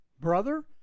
brother